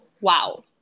Wow